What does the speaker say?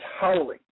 Howling